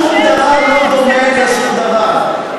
שום דבר לא דומה לשום דבר.